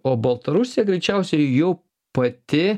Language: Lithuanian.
o baltarusija greičiausiai jau pati